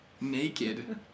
naked